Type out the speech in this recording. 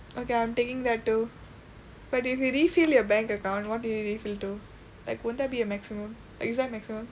okay I'm taking that too but if you refill your bank account what do you refill to like won't there be a maximum is there a maximum